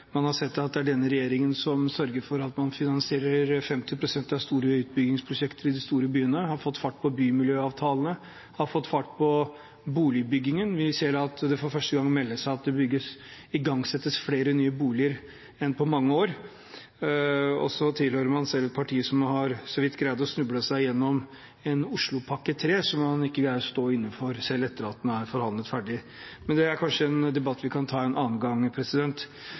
man har sett at det er denne regjeringen som sørger for at man finansierer 50 pst. av de store utbyggingsprosjektene i de store byene, som har fått fart på bymiljøavtalene og på boligbyggingen. Vi ser at det for første gang meldes at det igangsettes flere nye boliger enn på mange år. Og selv tilhører taleren et parti som så vidt har greid å snuble seg gjennom en Oslopakke 3, som man ikke greier å stå inne for selv etter at den er forhandlet ferdig. Men det er kanskje en debatt vi kan ta en annen gang.